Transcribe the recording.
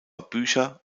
bücher